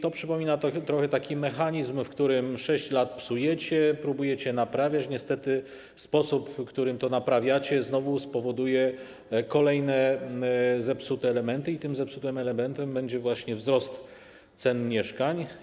To przypomina trochę taki mechanizm, w którym 6 lat psujecie, próbujecie naprawiać, a niestety sposób, w który to naprawiacie, znowu spowoduje kolejne zepsute elementy i tym zepsutym elementem będzie właśnie wzrost cen mieszkań.